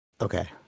Okay